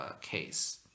case